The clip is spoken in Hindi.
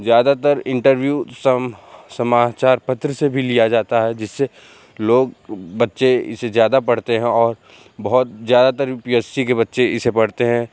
ज़्यादातर इंटरव्यू सम समाचार पत्र से भी लिया जाता है जिससे लोग बच्चे इसे ज़्यादा पढ़ते हैं और बहुत ज़्यादातर यू पी एस सी के बच्चे इसे पढ़ते हैं